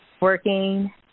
working